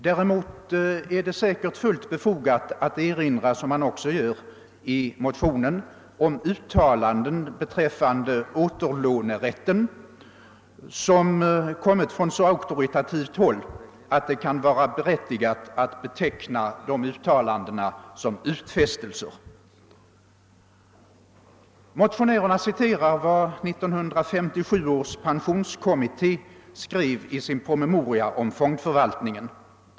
Däremot är det säkert fullt befogat att erinra — som man också gör i motionen — om de uttalanden beträffande återlånerätten, som kommit från så auktoritativt håll att det kan vara berättigat att beteckna dem som utfästelser. Motionärerna citerar vad 1957 års pensionskommitté skrev i sin promemoria om fondförvaltningen.